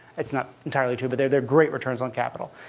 it's not entirely true, but they're they're great returns on capital.